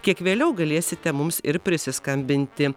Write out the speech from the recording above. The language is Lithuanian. kiek vėliau galėsite mums ir prisiskambinti